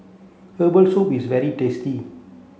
herbal soup is very tasty